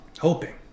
hoping